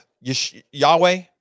Yahweh